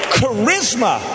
Charisma